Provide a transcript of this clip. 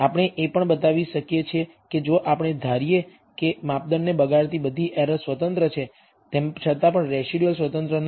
આપણે એ પણ બતાવી શકીએ છીએ કે જો આપણે ધારીએ કે માપદંડને બગાડતી બધી એરર સ્વતંત્ર છે તેમ છતાં પણ રેસિડયુઅલ સ્વતંત્ર નથી